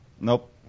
Nope